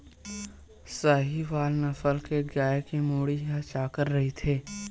साहीवाल नसल के गाय के मुड़ी ह चाकर रहिथे